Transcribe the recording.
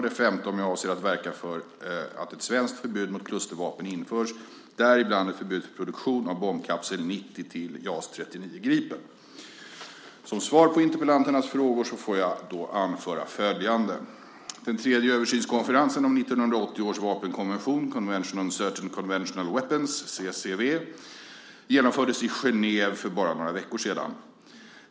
Den femte är om jag avser att verka för att ett svenskt förbud mot klustervapen införs, däribland ett förbud för produktion av bombkapsel 90 för JAS 39 Gripen. Som svar på interpellanternas frågor får jag anföra följande. Den tredje översynskonferensen om 1980 års vapenkonvention genomfördes i Genève för bara några veckor sedan.